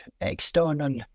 external